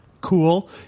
cool